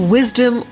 Wisdom